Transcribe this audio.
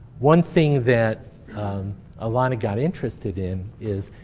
one thing that alona got interested in is,